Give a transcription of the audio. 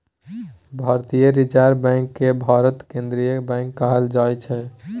भारतीय reserve bank केँ भारतक केंद्रीय बैंक कहल जाइ छै